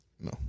No